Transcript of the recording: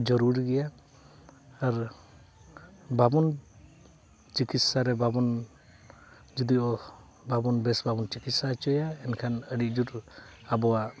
ᱡᱟᱹᱨᱩᱲ ᱜᱮᱭᱟ ᱟᱨ ᱵᱟᱵᱚᱱ ᱪᱤᱠᱤᱛᱥᱟ ᱨᱮ ᱵᱟᱵᱚᱱ ᱡᱳᱫᱤᱭᱳ ᱵᱟᱵᱚᱱ ᱵᱮᱹᱥ ᱵᱟᱵᱚᱱ ᱪᱤᱠᱤᱛᱥᱟ ᱦᱚᱪᱚᱭᱟ ᱮᱱᱠᱷᱟᱱ ᱟᱹᱰᱤ ᱡᱳᱨ ᱟᱵᱚᱣᱟᱜ